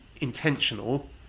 intentional